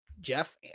Jeff